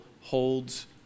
holds